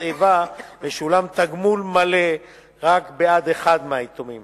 איבה ושולם תגמול מלא רק בעד אחד מהיתומים